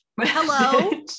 Hello